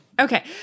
Okay